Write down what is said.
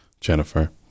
Jennifer